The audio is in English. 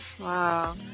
Wow